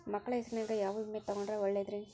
ಮಕ್ಕಳ ಹೆಸರಿನ್ಯಾಗ ಯಾವ ವಿಮೆ ತೊಗೊಂಡ್ರ ಒಳ್ಳೆದ್ರಿ?